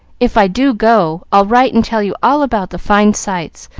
if i do go, i'll write and tell you all about the fine sights,